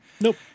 nope